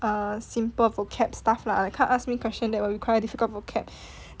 err simple vocab stuff lah can't ask me question that will require difficult vocab